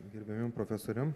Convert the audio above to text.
gerbiamiem profesoriam